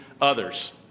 others